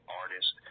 artist